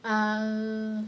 um